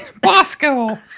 bosco